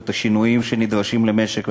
את השינויים שנדרשים למשק ולמדינה.